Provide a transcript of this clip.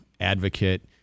advocate